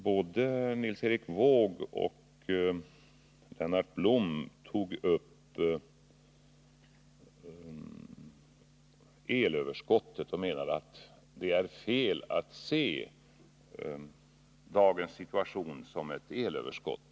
Både Nils Erik Wååg och Lennart Blom tog upp frågan om elöverskottet och menade att det var fel att påstå att det i dag skulle finnas ett sådant överskott.